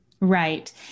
Right